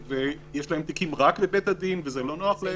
ויש להם תיקים רק לבית הדין וזה לא נוח להם.